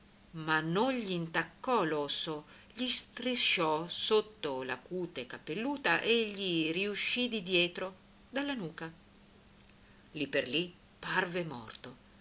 ma non gl'intaccò l'osso gli strisciò sotto la cute capelluta e gli riuscì di dietro dalla nuca lì per lì parve morto